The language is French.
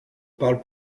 parle